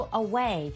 away